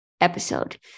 episode